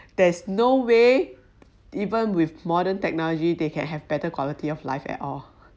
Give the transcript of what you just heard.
there's no way even with modern technology they can have better quality of life at all